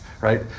right